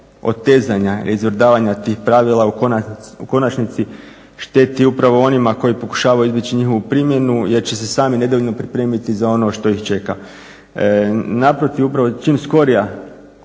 otezanja, izvrdavanja tih pravila u konačnici šteti upravo onima koji pokušavaju izbjeći njihovu primjenu jer će se sami nedovoljno pripremiti za ono što ih čeka. Naprotiv, upravo čim skorija